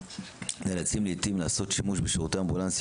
נאלצים לעיתים לעשות שימוש בשירותי אמבולנסים